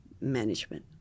management